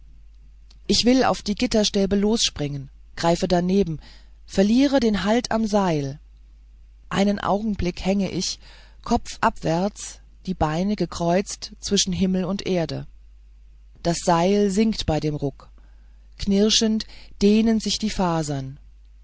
ich will auf die gitterstäbe losspringen greife daneben verliere den halt am seil einen augenblick hänge ich kopf abwärts die beine gekreuzt zwischen himmel und erde das seil singt bei dem ruck knirschend dehnen sich die fasern